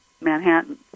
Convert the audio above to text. Manhattan